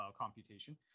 computation